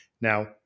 Now